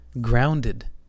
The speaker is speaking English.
grounded